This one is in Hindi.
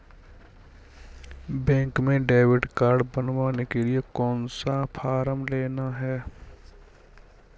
बैंक में डेबिट कार्ड बनवाने के लिए कौन सा फॉर्म लेना है?